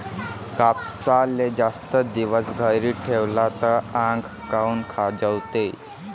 कापसाले जास्त दिवस घरी ठेवला त आंग काऊन खाजवते?